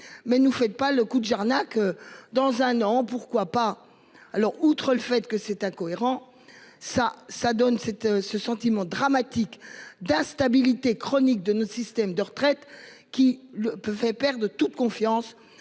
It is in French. mais nous faites pas le coup de Jarnac. Dans un an. Pourquoi pas. Alors outre le fait que c'est incohérent. Ça ça donne cette ce sentiment dramatique d'instabilité chronique de nos systèmes de retraite qui le peuvent elles perdent toute confiance